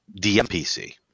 DMPC